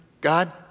God